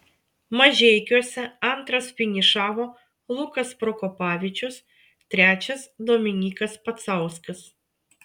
mažeikiuose antras finišavo lukas prokopavičius trečias dominykas pacauskas